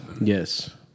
Yes